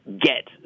get